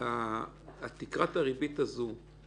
תקרת הריבית הזאת כבר